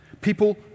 People